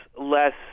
less